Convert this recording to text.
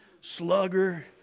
slugger